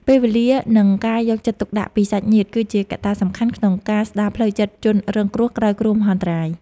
ពេលវេលា និងការយកចិត្តទុកដាក់ពីសាច់ញាតិ គឺជាកត្តាសំខាន់ក្នុងការស្តារផ្លូវចិត្តជនរងគ្រោះក្រោយគ្រោះមហន្តរាយ។